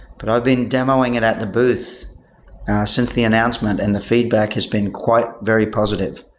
but i've been demoing it at the booth since the announcement and the feedback has been quite very positive.